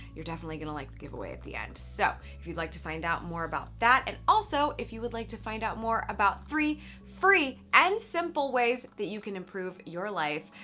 you're definitely gonna like the giveaway at the end. so if you'd like to find out more about that, and also if you would like to find out more about three free and simple ways that you can improve your life,